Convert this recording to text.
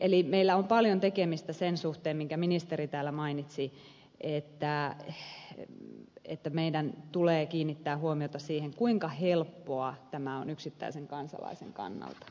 eli meillä on paljon tekemistä sen suhteen minkä ministeri täällä mainitsi että meidän tulee kiinnittää huomiota siihen kuinka helppoa tämä on yksittäisen kansalaisen kannalta